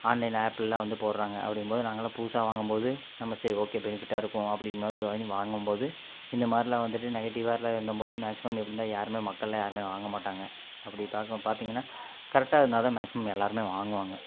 ஆன்லைனில் ஆப்லலாம் வந்து போடுறாங்க அப்படிங்கும்போது நாங்கள்லாம் புதுசா வாங்கும்போது நம்ம சரி ஓகே பெனிஃபிட்டா இருக்கும் அப்படிங்கிற மாதிரி வாங்கி வாங்கும்போது இந்த மாதிரிலாம் வந்துட்டு நெகட்டிவ்வாக இருந்தம் போது மேக்ஸிமம் எப்படி இருந்தாலும் யாருமே மக்களெல்லாம் யாருமே வாங்க மாட்டாங்க அப்படி பார்க்க பாத்தீங்கன்னா கரெக்டா இருந்தால் தான் மேக்ஸிமம் எல்லாருமே வாங்குவாங்க